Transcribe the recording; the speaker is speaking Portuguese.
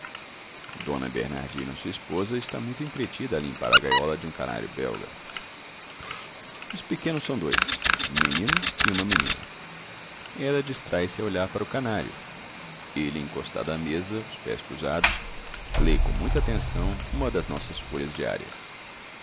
dona bernardina sua esposa está muito entretida a limpar a gaiola de um canário belga os pequenos são dois um menino e uma menina ela distrai-se a olhar para o canário ele encostado à mesa os pés cruzados lê com muita atenção uma das nossas folhas diárias